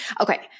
Okay